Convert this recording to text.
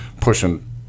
pushing